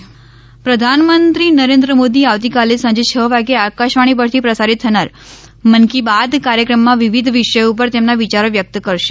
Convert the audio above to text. મન કી બાત પ્રધાનમંત્રી નરેન્દ્ર મોદી આવતીકાલે સાંજે છ વાગે આકાશવાણી પરથી પ્રસારિત થનાર મન કી બાત કાર્યક્રમમાં વિવિધ વિષયો ઉપર તેમના વિયારો વ્યક્ત કરશે